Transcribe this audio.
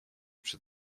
przed